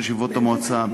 של ישיבות המועצה,